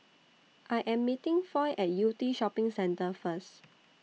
I Am meeting Foy At Yew Tee Shopping Centre First